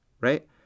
right